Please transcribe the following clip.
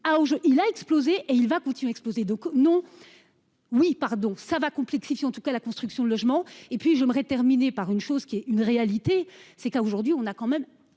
il a explosé et il va Poutine donc non. Oui pardon ça va complexifier en tout cas la construction de logements et puis j'aimerais terminer par une chose qui est une réalité, c'est que là aujourd'hui on a quand même